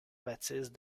baptiste